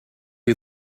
you